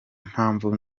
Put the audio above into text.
mpamvu